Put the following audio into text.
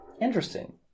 Interesting